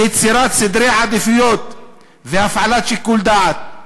יצירת סדרי עדיפויות והפעלת שיקול דעת".